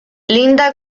linda